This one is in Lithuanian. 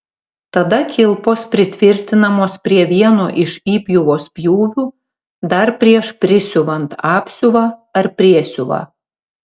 tada kilpos pritvirtinamos prie vieno iš įpjovos pjūvių dar prieš prisiuvant apsiuvą ar priesiuvą